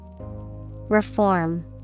Reform